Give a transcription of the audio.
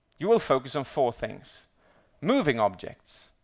you will focus on four things moving objects,